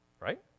right